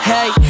Hey